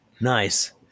Nice